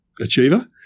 achiever